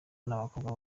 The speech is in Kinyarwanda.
abakobwa